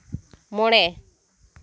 ᱢᱚᱬᱮ